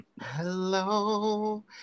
Hello